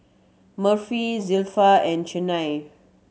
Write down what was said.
Murphy Zilpha and Chynna